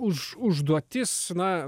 už užduotis na